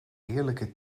heerlijke